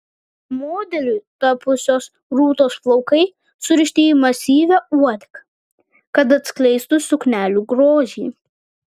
modeliu tapusios rūtos plaukai surišti į masyvią uodegą kad atskleistų suknelių grožį